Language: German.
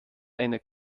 einer